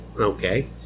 okay